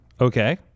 Okay